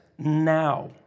Now